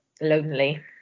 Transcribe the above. lonely